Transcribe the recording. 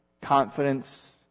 confidence